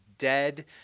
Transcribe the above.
dead